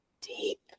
deep